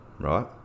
right